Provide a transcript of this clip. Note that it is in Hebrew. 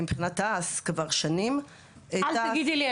מבחינת תעש כבר שנים --- אל תגידי לי,